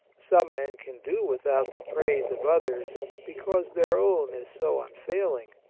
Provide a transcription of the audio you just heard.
some men can do without the praise of others because their own is so unfailing.